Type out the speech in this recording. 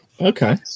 Okay